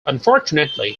unfortunately